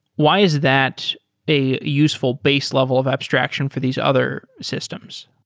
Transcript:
why is that a useful base level of abstraction for these other systems?